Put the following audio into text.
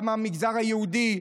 גם עם המגזר היהודי.